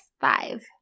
five